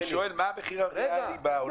אני שואל מה המחיר הריאלי בעולם.